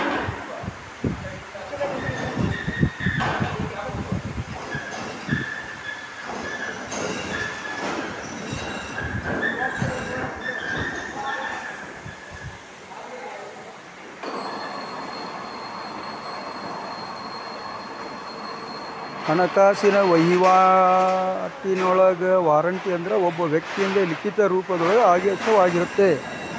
ಹಣಕಾಸಿನ ವಹಿವಾಟಿನೊಳಗ ವಾರಂಟ್ ಅಂದ್ರ ಒಬ್ಬ ವ್ಯಕ್ತಿಯಿಂದ ಲಿಖಿತ ರೂಪದ ಆದೇಶವಾಗಿರತ್ತ